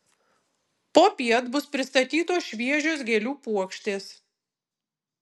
popiet bus pristatytos šviežios gėlių puokštės